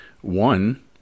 one